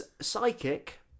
psychic